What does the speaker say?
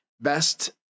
best